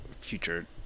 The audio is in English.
future